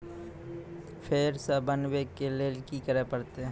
फेर सॅ बनबै के लेल की करे परतै?